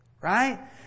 Right